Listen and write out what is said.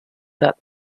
that